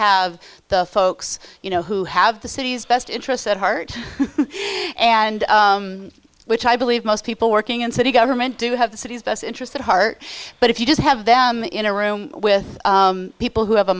have the folks you know who have the city's best interests at heart and which i believe most people working in city government do have the city's best interests at heart but if you just have them in a room with people who have a